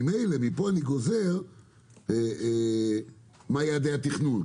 ממילא מפה אני גוזר מה יעדי התכנון.